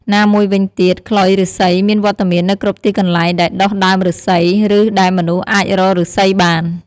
ណាមួយវិញទៀត ខ្លុយឫស្សីមានវត្តមាននៅគ្រប់ទីកន្លែងដែលដុះដើមឫស្សី ឬដែលមនុស្សអាចរកឫស្សីបាន។